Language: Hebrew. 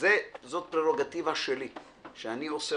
זה פררוגטיבה שלי שאני עושה